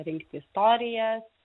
rinkti istorijas